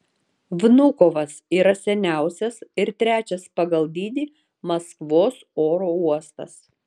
vnukovas yra seniausias ir trečias pagal dydį maskvos oro uostas